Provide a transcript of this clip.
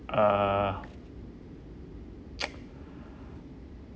uh